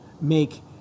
make